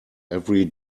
every